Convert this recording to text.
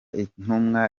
intumwa